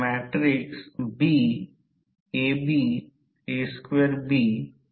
विद्युत प्रवाह I2 आहे आणि V2 ही भारवरील व्होल्टेज आहे